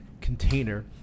container